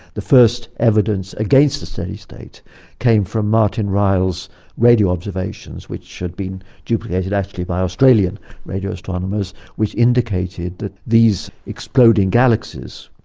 the first evidence against a steady state came from martin ryle's radio observations, which had been duplicated actually by australian radio astronomers, which indicated that these exploding galaxies,